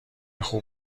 خوب